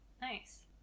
Nice